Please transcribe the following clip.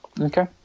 Okay